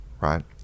right